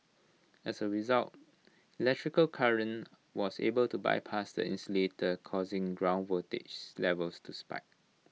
as A result electrical current was able to bypass the insulator causing ground voltage levels to spike